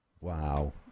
Wow